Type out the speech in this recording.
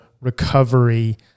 recovery